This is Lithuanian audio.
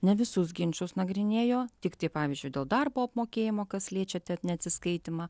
ne visus ginčus nagrinėjo tiktai pavyzdžiui dėl darbo apmokėjimo kas liečia ten neatsiskaitymą